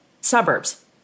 Suburbs